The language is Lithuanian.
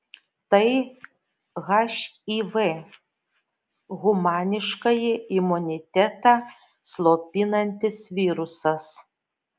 tai hiv humaniškąjį imunitetą slopinantis virusas